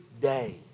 day